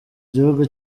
gihugu